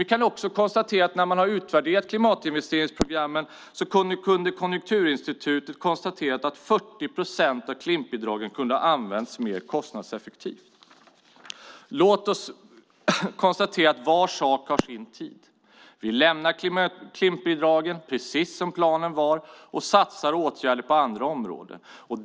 Vi kan också konstatera att Konjunkturinstitutet i sin utvärdering av klimatinvesteringsprogrammen har konstaterat att 40 procent av Klimpbidragen kunde ha använts mer kostnadseffektivt. Låt oss konstatera att var sak har sin tid. Vi lämnar Klimpbidragen, precis som planen var, och satsar på åtgärder på andra områden.